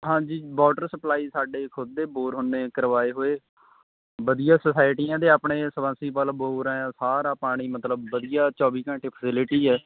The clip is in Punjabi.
ਹਾਂਜੀ ਵੋਟਰ ਸਪਲਾਈ ਸਾਡੇ ਖੁਦ ਦੇ ਬੋਰ ਹੁੰਦੇ ਕਰਵਾਏ ਹੋਏ ਵਧੀਆ ਸੁਸਾਇਟੀਆਂ ਦੇ ਆਪਣੇ ਸਵੰਸੀਬਲ ਬੋਰ ਹੈ ਸਾਰਾ ਪਾਣੀ ਮਤਲਬ ਵਧੀਆ ਚੌਵੀਂ ਘੰਟੇ ਫੈਸਿਲਿਟੀ ਹੈ